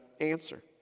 answer